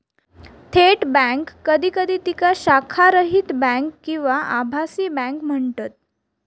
थेट बँक कधी कधी तिका शाखारहित बँक किंवा आभासी बँक म्हणतत